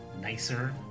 nicer